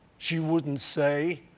she wouldn't say,